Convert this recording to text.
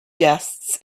guests